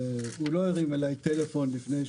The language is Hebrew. שלא הרים אלי טלפון לפני שהוא הגיש את הבקשה הזאת.